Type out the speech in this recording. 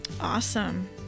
Awesome